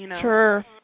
Sure